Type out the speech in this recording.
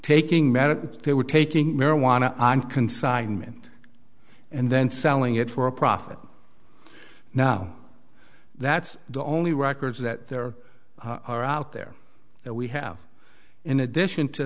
care we're taking marijuana on consignment and then selling it for a profit now that's the only records that there are out there that we have in addition to